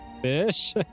Fish